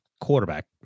quarterback